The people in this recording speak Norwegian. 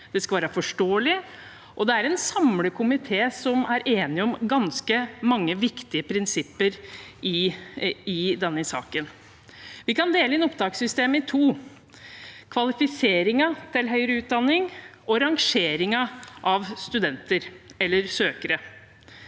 det skal være forståelig. En samlet komité er enig om ganske mange viktige prinsipper i denne saken. Vi kan dele inn opptakssystemet i to: kvalifiseringen til høyere utdanning og rangeringen av studenter eller søkere.